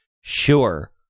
sure